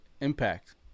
Impact